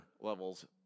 levels